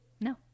no